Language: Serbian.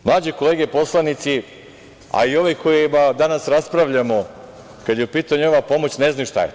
Mlađe kolege poslanici, a i ovi o kojima danas raspravljamo kad je u pitanju ova pomoć, ne znaju šta je to.